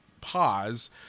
pause